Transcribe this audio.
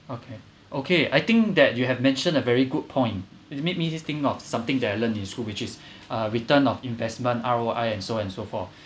okay okay I think that you have mentioned a very good point it made me just think of something that I learned in school which is uh return of investment R_O_I and so and so forth